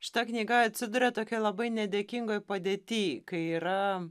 šita knyga atsiduria tokioj labai nedėkingoj padėty kai yra